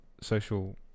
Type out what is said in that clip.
social